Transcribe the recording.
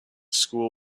school